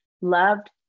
loved